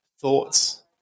thoughts